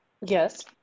Yes